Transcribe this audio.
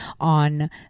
on